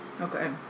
okay